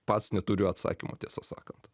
pats neturiu atsakymo tiesą sakant